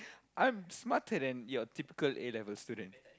I'm smarter than your typical A-level student